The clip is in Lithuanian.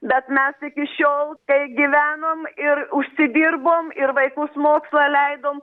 bet mes iki šiol taip gyvenom ir užsidirbom ir vaikus mokslą leidom